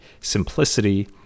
simplicity